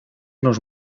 nos